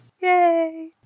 Yay